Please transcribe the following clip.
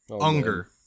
Unger